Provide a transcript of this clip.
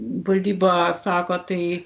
valdyba sako tai